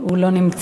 הוא לא נמצא.